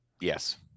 Yes